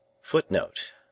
FOOTNOTE